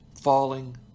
falling